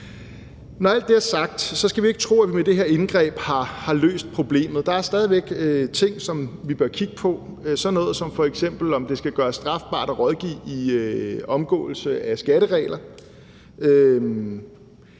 Når alt det er sagt, skal vi ikke tro, at vi med det her indgreb har løst problemet. Der er stadig væk ting, som vi bør kigge på, f.eks. sådan noget som det, om det skal gøres strafbart at rådgive i omgåelse af skatteregler.